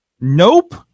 Nope